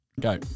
go